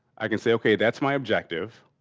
i can say okay, that's my objective